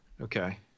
Okay